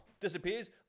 disappears